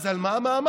אז על מה המאמץ?